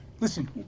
Listen